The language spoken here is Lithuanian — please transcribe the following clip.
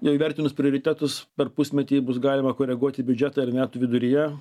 jau įvertinus prioritetus per pusmetį bus galima koreguoti biudžetą ir metų viduryje